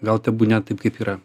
gal tebūnie taip kaip yra